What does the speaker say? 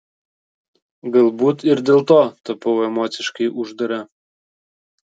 galbūt ir dėl to tapau emociškai uždara